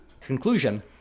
Conclusion